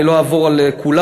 אני לא אעבור על הכול.